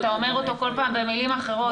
אתה אומר אותו כל פעם במילים אחרות.